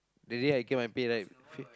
that day I get my pay right